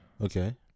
Okay